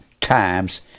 times